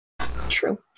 True